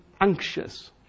anxious